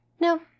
No